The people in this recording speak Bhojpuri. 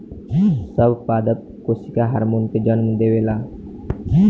सब पादप कोशिका हार्मोन के जन्म देवेला